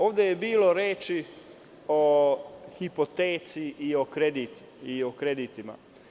Ovde je bilo reči o hipoteci i o kreditima.